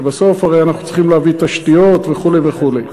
כי בסוף אנחנו הרי צריכים להביא תשתיות וכו' וכו'.